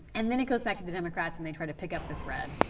and then it goes back to the democrat and they tie to pick up the thread,